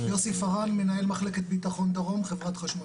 יוסי פארן, מנהל מחלקת בטחון דרום, חברת חשמל.